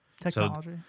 Technology